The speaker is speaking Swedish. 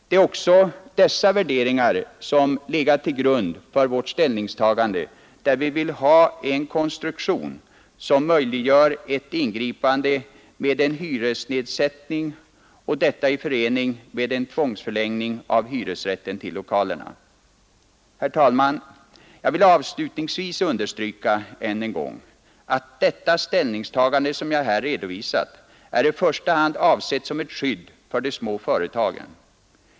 Det är också dessa värderingar som legat till grund för vårt ställningstagande när vi vill ha en konstruktion som möjliggör ett ingripande med en hyresnedsättning och detta i förening med en tvångsförlängning av hyresrätten till lokalerna. Herr talman! Jag vill avslutningsvis understryka än en gång att det ställningstagande som jag här redovisat är i första hand avsett som ett skydd för de små företagen.